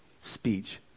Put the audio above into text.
speech